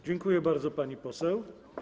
Dziękuję bardzo, pani poseł.